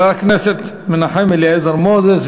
חבר הכנסת מנחם אליעזר מוזס,